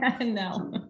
No